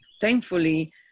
thankfully